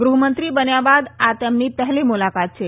ગૃહમંત્રી બન્યા બાદ આ તેમની પહેલી મુલાકાત છે